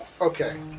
okay